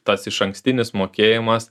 tas išankstinis mokėjimas